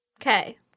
Okay